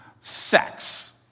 sex